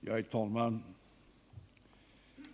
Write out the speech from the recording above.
Herr talman!